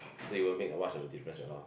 so you wouldn't made much of difference a lot